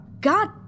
God